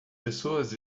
pessoas